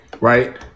Right